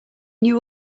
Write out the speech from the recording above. knew